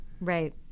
Right